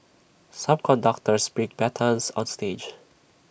some conductors bring batons on stage